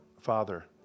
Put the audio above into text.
Father